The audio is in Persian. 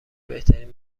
بهترین